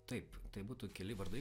taip tai būtų keli vardai